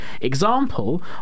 example